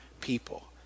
people